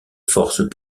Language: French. forces